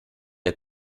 der